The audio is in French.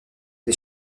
des